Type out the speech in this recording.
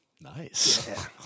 Nice